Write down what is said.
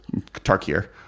Tarkir